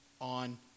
on